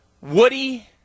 Woody